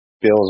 Bills